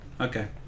okay